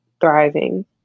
thriving